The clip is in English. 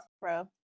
bro